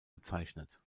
bezeichnet